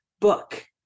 book